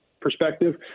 perspective